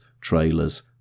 trailers